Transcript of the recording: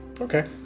Okay